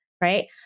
right